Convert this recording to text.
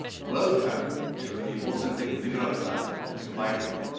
welcome to the authentic liberal club to michael.